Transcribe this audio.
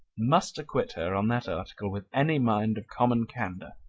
must acquit her on that article with any mind of common candour.